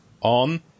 on